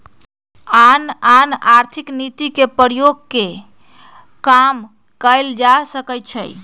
आन आन आर्थिक नीति के प्रयोग कऽ के आर्थिक जोखिम के कम कयल जा सकइ छइ